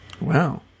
Wow